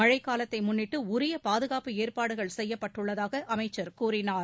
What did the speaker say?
மழைக் காலத்தை முன்னிட்டு உரிய பாதுகாப்பு ஏற்பாடுகள் செய்யப்பட்டுள்ளதாக அமைச்சர் கூறினார்